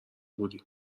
بودیم